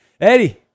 Eddie